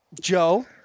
Joe